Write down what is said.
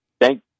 thank